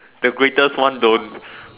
the Greatest one don't